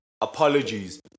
apologies